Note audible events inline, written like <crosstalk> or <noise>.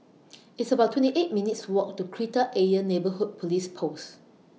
<noise> It's about twenty eight minutes' Walk to Kreta Ayer Neighbourhood Police Post